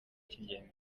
cy’ingenzi